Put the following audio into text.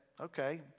okay